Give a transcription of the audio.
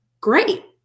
great